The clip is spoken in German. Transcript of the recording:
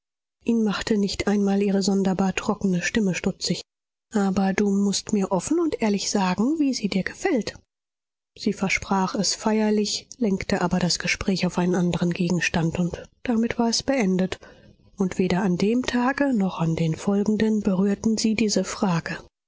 ihn machte nicht einmal ihre sonderbare trockene stimme stutzig aber du mußt mir offen und ehrlich sagen wie sie dir gefällt sie versprach es feierlich lenkte aber das gespräch auf einen anderen gegenstand und damit war es beendet und weder an dem tage noch an den folgenden berührten sie diese frage